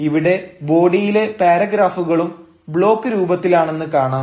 ഇവിടെ ബോഡിയിലെ പാരഗ്രാഫുകളും ബ്ലോക്ക് രൂപത്തിലാണെന്ന് കാണാം